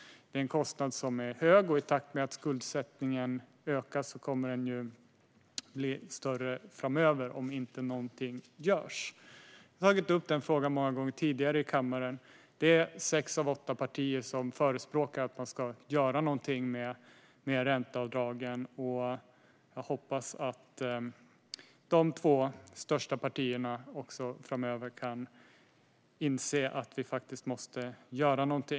Det är en kostnad som är hög, och i takt med att skuldsättningen ökar kommer den att bli större om inte något görs. Jag har tagit upp denna fråga många gånger tidigare i kammaren. Sex av åtta partier förespråkar att man ska göra något åt ränteavdragen, och jag hoppas att också de två största partierna framöver kan inse att vi måste göra något.